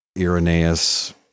Irenaeus